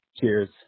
Cheers